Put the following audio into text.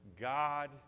God